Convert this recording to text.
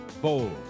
bold